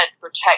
protect